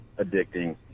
addicting